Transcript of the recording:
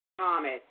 Thomas